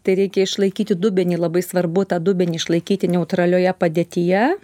tai reikia išlaikyti dubenį labai svarbu tą dubenį išlaikyti neutralioje padėtyje